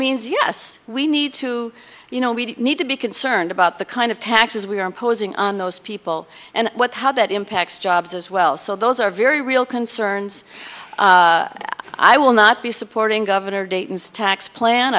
means yes we need to you know we need to be concerned about the kind of taxes we're imposing on those people and how that impacts jobs as well so those are very real concerns i will not be supporting governor dayton tax plan